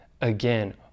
again